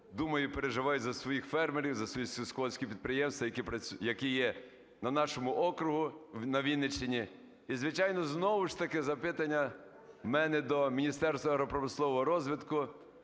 думаю і переживаю за своїх фермерів, за свої сільськогосподарські підприємства, які є на нашому окрузі, на Вінниччині. І, звичайно, знову ж таки, запитання в мене до Міністерства агропромислового розвитку,